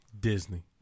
Disney